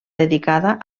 dedicada